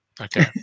okay